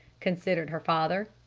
considered her father.